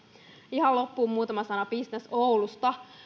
ihan loppuun muutama sana businessoulusta